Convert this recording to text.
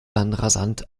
rasant